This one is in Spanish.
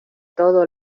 todo